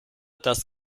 das